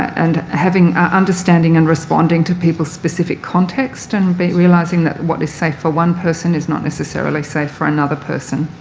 and ah understanding and responding to people's specific context and but realising that what is safe for one person is not necessarily safe for another person,